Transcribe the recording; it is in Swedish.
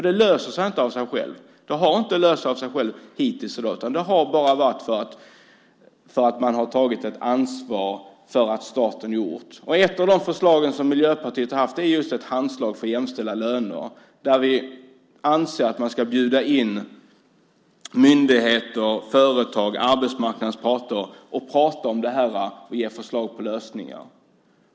Det löser sig inte av sig självt. Det har hittills inte löst sig av sig självt, utan staten har tagit ett ansvar. Ett av de förslag som Miljöpartiet har haft är just ett handslag för jämställda löner. Vi anser att myndigheter, företag och arbetsmarknadens parter ska bjudas in att prata om detta och ge förslag på lösningar.